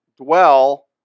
dwell